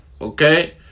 Okay